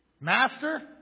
Master